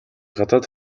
гадаад